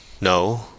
no